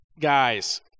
Guys